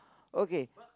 okay